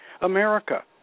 America